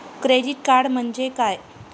Credit card म्हणजे काय?